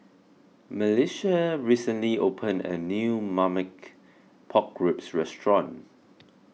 Melissia recently opened a new Marmite Pork Ribs Restaurant